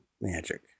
magic